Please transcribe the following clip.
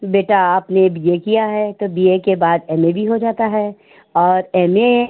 बेटा आपने B A किया है तो बी ए के बाद एम ए भी हो जाता है और एम ए